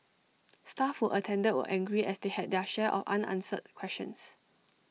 staff who attended were angry as they had their share of unanswered questions